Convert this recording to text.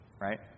Right